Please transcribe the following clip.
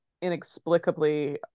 inexplicably